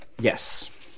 Yes